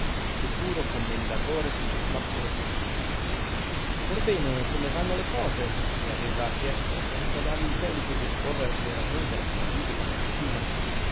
il futuro commendatore signor prospero gentili orbene come vanno le cose gli aveva chiesto senza dargli tempo di esporre le ragioni della sua visita mattutina